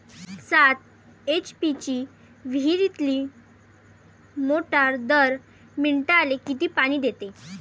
सात एच.पी ची विहिरीतली मोटार दर मिनटाले किती पानी देते?